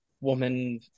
woman